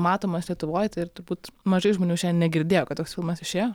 matomas lietuvoj ir turbūt mažai žmonių šiandien negirdėjo kad toks filmas išėjo